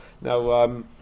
Now